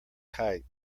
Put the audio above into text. kite